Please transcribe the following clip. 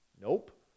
Nope